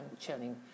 chilling